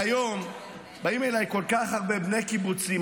והיום באים אליי כל כך הרבה בני קיבוצים,